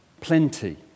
plenty